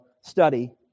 study